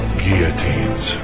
guillotines